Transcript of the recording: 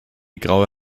graue